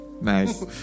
Nice